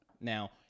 now